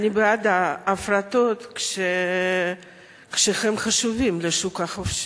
אני בעד ההפרטות כשהן חשובות לשוק החופשי,